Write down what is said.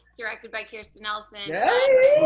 directed by kirsten nelson.